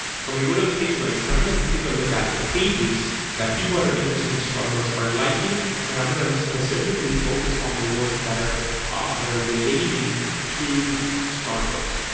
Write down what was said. so i'm gonna go to the page lights and i'm gonna take a look at the pages that people that are interested in starbucks are liking and i'm gonna specifically focus on the ones that are that are relating to starbucks,